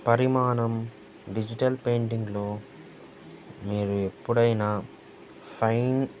పరిమాణం డిజిటల్ పెయింటింగ్లో మీరు ఎప్పుడైనా ఫైన్